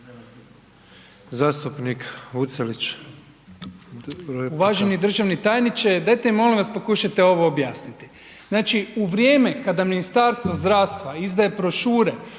Uvaženi državni tajniče dajte mi molim vas pokušajte ovo objasniti. Znači u vrijeme kada Ministarstvo zdravstva izdaje brošure